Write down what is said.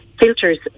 filters